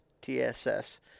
TSS